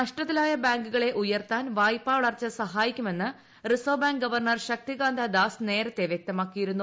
നഷ്ടത്തിലായ ബാങ്കുകളെ ഉയർത്താൻ വായ്പാ വളർച്ച സഹായിക്കുമെന്ന് reserve bank governor Shaktikanta Das നേരത്തെ വ്യക്തമാക്കിയിരുന്നു